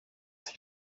sich